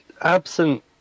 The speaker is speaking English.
absent